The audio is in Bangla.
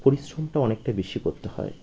পরিশ্রমটা অনেকটাই বেশি করতে হয়